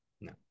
no